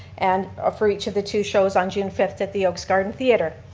and ah for each of the two shows on june fifth at the oaks garden theater.